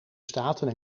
staten